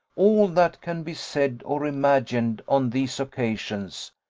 all that can be said or imagined on these occasions,